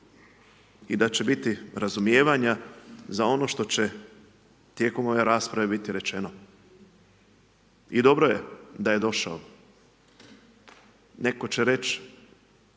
i da će biti razumijevanja za ono što će tijekom ove rasprave biti rečeno. I dobro je da je došao. Netko će reći